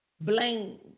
blame